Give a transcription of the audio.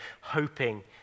hoping